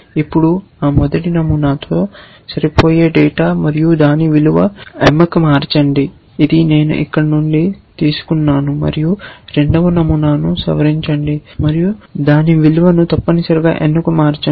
ఇప్పుడు ఆ మొదటి నమూనాతో సరిపోయే డేటా మరియు దాని విలువ లక్షణాన్ని m కి మార్చండి ఇది నేను ఇక్కడ నుండి తీసుకున్నాను మరియు రెండవ నమూనాను సవరించండి మరియు దాని లక్షణ విలువను తప్పనిసరిగా n కు మార్చండి